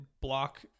block